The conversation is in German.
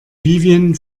vivien